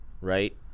Right